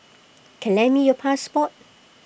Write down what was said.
can lend me your passport